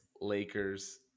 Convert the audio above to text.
Lakers